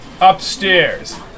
upstairs